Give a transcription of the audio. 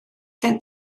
gen